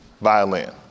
violin